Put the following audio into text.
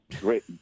Great